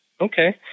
Okay